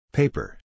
Paper